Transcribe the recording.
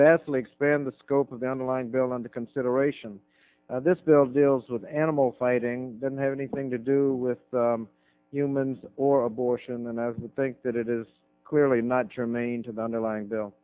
vastly expand the scope of down the line bill under consideration this bill deals with animal fighting didn't have anything to do with humans or abortion and i think that it is clearly not germane to the underlying bill